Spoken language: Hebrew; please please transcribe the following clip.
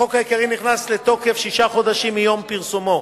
החוק העיקרי נכנס לתוקף שישה חודשים מיום פרסומו.